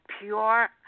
pure